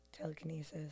Telekinesis